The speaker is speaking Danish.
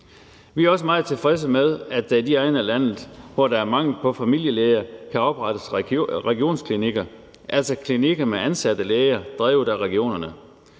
Vi er også meget tilfredse med, at der i de egne af landet, hvor der er mangel på familielæger, kan oprettes regionsklinikker, altså klinikker med ansatte læger drevet af regionerne.